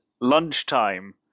Lunchtime